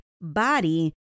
body